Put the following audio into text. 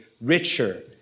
richer